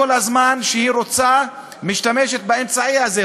כל זמן שהיא רוצה משתמשת באמצעי הזה,